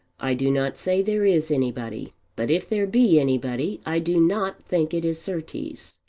i do not say there is anybody but if there be anybody i do not think it is surtees.